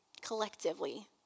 collectively